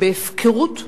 בהפקרות מוחלטת.